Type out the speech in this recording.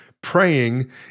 praying